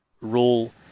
role